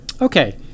Okay